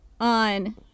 on